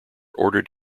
ordered